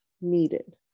needed